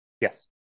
Yes